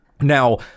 Now